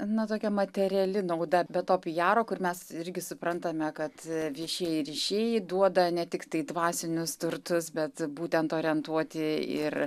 na tokia materiali nauda be to piaro kur mes irgi suprantame kad viešieji ryšiai duoda ne tiktai dvasinius turtus bet būtent orientuoti ir